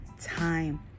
time